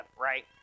right